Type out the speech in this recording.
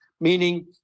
meaning